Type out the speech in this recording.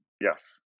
Yes